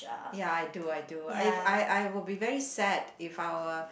ya I do I do if I I would be very sad if our